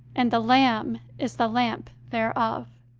and the lamb is the lamp thereof.